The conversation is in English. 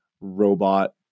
robot